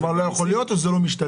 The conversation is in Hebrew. האם זה לא יכול להיות או שזה לא משתלם?